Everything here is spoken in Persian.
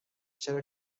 چرا